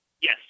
Yes